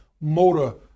motor